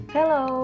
Hello